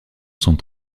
sont